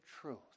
truth